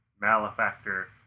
Malefactor